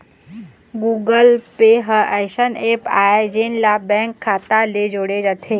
Google Pay ह अइसन app आय जेन ला बेंक के खाता ले जोड़े जाथे